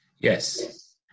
Yes